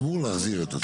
אמור להחזיר את עצמו.